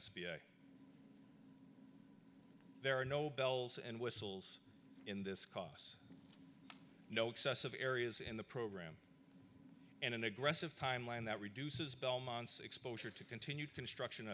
p there are no bells and whistles in this costs no excessive areas in the program and an aggressive timeline that reduces belmont's exposure to continued construction